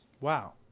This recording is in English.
Wow